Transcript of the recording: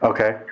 Okay